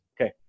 Okay